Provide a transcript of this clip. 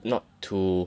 not to